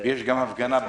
בשעה 10:30 יש הפגנה בחוץ,